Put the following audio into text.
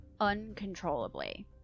uncontrollably